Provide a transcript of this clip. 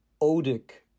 odic